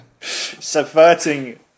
subverting